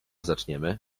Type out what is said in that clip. zaczniemy